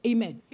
Amen